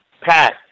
Pat